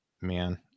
man